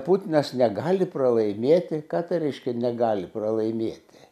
putinas negali pralaimėti ką tai reiškia negali pralaimėti